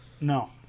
No